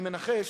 אני מנחש